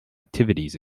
activities